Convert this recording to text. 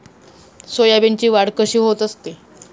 सोयाबीनची वाढ कशी होत असते?